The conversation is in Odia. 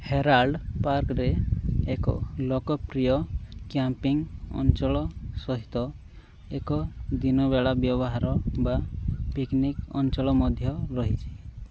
ହେରାଲ୍ଡ ପାର୍କରେ ଏକ ଲୋକପ୍ରିୟ କ୍ୟାମ୍ପିଂ ଅଞ୍ଚଳ ସହିତ ଏକ ଦିନବେଳା ବ୍ୟବହାର ବା ପିକ୍ନିକ୍ ଅଞ୍ଚଳ ମଧ୍ୟ ରହିଛି